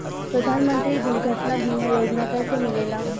प्रधानमंत्री दुर्घटना बीमा योजना कैसे मिलेला?